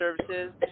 Services